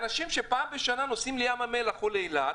אנשים שפעם בשנה נוסעים לים המלח או לאילת,